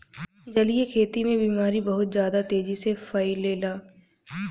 जलीय खेती में बीमारी बहुत ज्यादा तेजी से फइलेला